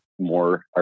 more